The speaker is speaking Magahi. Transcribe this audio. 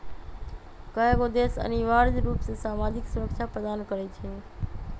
कयगो देश अनिवार्ज रूप से सामाजिक सुरक्षा प्रदान करई छै